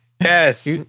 Yes